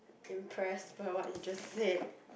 impressed by what you just said